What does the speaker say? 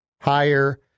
higher